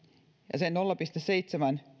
se nolla pilkku seitsemän